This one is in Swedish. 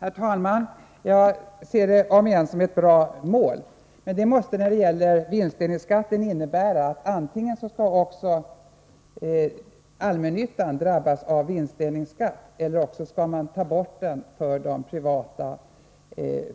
Herr talman! Jag ser konkurrensneutralitet som ett bra mål, men det måste när det gäller vinstdelningsskatten innebära att antingen även allmännyttan skall drabbas av denna skatt eller också att den skall tas bort också för de privata